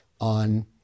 on